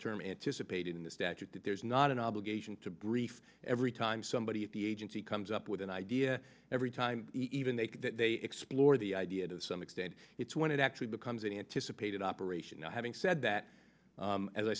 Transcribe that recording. term anticipated in the statute that there's not an obligation to brief every time somebody at the agency comes up with an idea every time even they could they explore the idea to some extent it's when it actually becomes an anticipated operation now having said that as i